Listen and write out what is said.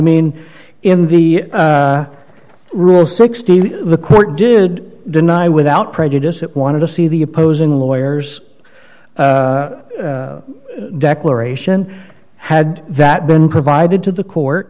mean in the rule sixteen the court did deny without prejudice it wanted to see the opposing lawyers declaration had that been provided to the court